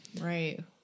Right